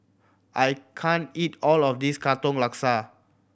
I can't eat all of this Katong Laksa